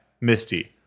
Misty